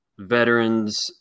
veterans